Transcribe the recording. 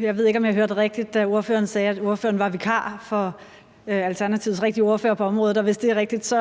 Jeg ved ikke, om jeg hørte rigtigt, da ordføreren sagde, at ordføreren var vikar for Alternativets rigtige ordfører på området, og hvis det er rigtigt,